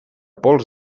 pols